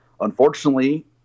unfortunately